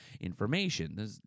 information